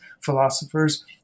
philosophers